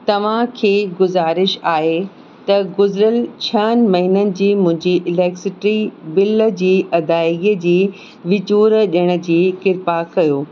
तव्हांखे गुज़ारिश आहे त गुज़रियल छहनि महीननि जी मुंजी इलेक्ट्रिसिटी बिल जी अदाईअ जी विचोर ॾियण जी कृपा कयो